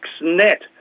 net